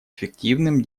эффективным